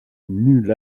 nul